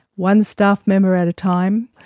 one staff member at a time.